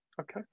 Okay